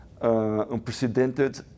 unprecedented